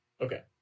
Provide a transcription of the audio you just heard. okay